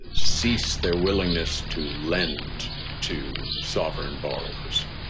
and cease their willingness to lend to sovereign borrowers.